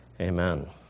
Amen